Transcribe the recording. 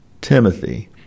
Timothy